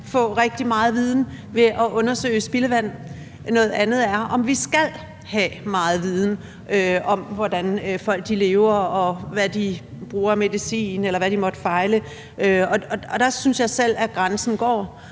få rigtig meget viden ved at undersøge spildevand; noget andet er, om vi skal have meget viden om, hvordan folk lever, og hvad de bruger af medicin, eller hvad de måtte fejle. Der synes jeg selv at grænsen går,